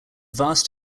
vast